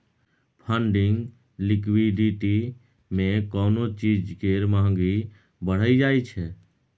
funding liquidity मे कोनो चीज केर महंगी बढ़ि जाइ छै